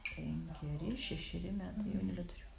penkeri šešeri metai jau nebeturiu